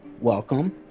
welcome